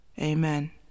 Amen